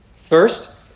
First